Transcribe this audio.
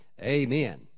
Amen